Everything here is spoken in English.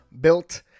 built